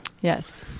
yes